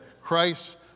Christ